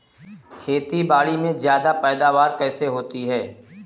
खेतीबाड़ी में ज्यादा पैदावार कैसे होती है?